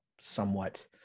somewhat